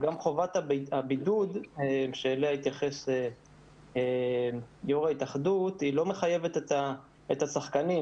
חובת הבידוד שאליה התייחס יו"ר ההתאחדות לא מחייבת את השחקנים,